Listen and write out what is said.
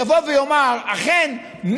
שיבוא ויאמר: אכן,